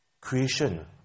creation